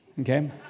okay